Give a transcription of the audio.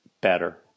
better